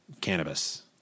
cannabis